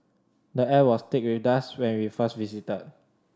the air was thick with dust when we first visited